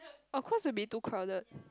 of course it will be too crowded